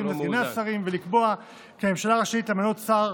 וסגני השרים ולקבוע כי הממשלה רשאית למנות שר